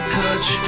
touch